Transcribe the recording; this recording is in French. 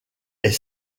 est